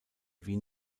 wien